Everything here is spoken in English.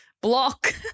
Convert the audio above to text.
Block